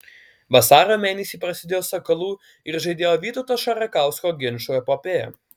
vasario mėnesį prasidėjo sakalų ir žaidėjo vytauto šarakausko ginčų epopėja